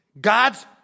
God's